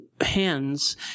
hands